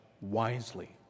wisely